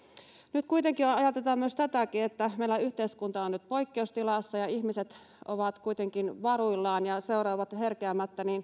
nyt kuitenkin on ajateltu tätäkin että meillä yhteiskunta on nyt poikkeustilassa ja ihmiset ovat kuitenkin varuillaan ja ja seuraavat herkeämättä